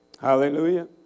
Hallelujah